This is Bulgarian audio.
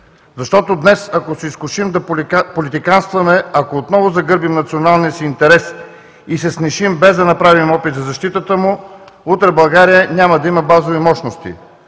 Ако днес се изкушим да политиканстваме, ако отново загърбим националния си интерес и се снишим без да направим опит за защитата му, утре България няма да има базови мощности.